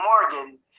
Morgan